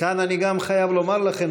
כאן אני גם חייב לומר לכם,